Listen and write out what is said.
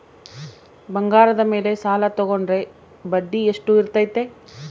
ಬಂಗಾರದ ಮೇಲೆ ಸಾಲ ತೋಗೊಂಡ್ರೆ ಬಡ್ಡಿ ಎಷ್ಟು ಇರ್ತೈತೆ?